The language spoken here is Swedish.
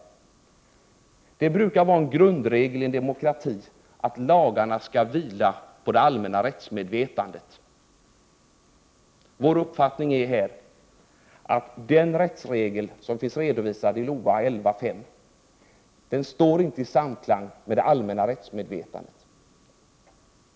Det brukar vara en grundregel i en demokrati att lagarna skall vila på det allmänna rättsmedvetandet. Vår uppfattning är här att den rättsregel som finns redovisad i LOA 11:5 inte står i samklang med det allmänna rättsmedvetandet.